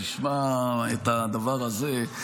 שתשמע את הדבר הזה.